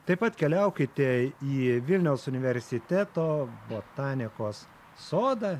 taip pat keliaukite į vilniaus universiteto botanikos sodą